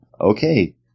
okay